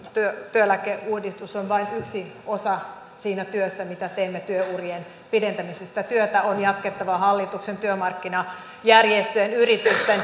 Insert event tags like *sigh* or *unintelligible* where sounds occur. työeläkeuudistus on vain yksi osa siinä työssä mitä teemme työurien pidentämisessä työtä on jatkettava hallituksen työmarkkinajärjestöjen yritysten *unintelligible*